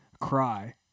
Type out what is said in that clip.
cry